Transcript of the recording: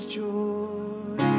joy